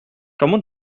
comment